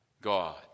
God